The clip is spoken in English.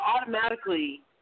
automatically